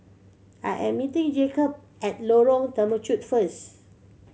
I am meeting Jacob at Lorong Temechut first